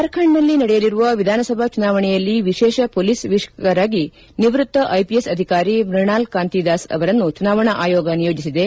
ಜಾರ್ಖಂಡ್ನಲ್ಲಿ ನಡೆಯಲಿರುವ ವಿಧಾನಸಭಾ ಚುನಾವಣೆಯಲ್ಲಿ ವಿಶೇಷ ಮೊಲೀಸ್ ವೀಕ್ಷಕರಾಗಿ ನಿವೃಕ್ತ ಐಪಿಎಸ್ ಅಧಿಕಾರಿ ಮ್ಯಣಾಲ್ ಕಾಂತಿ ದಾಸ್ ಅವರನ್ನು ಚುನಾವಣಾ ಆಯೋಗ ನಿಯೋಜಿಸಿದೆ